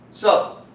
so,